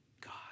God